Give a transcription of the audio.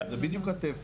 זאת אומרת, זה בדיוק התפר.